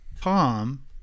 tom